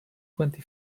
twenty